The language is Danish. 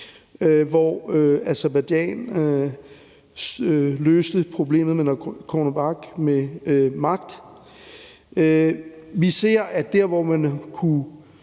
hvor Aserbajdsjan løste problemet med Nagorno-Karabakh med magt. Vi ser, at det dér, hvor man kunne